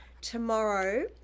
Tomorrow